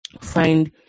find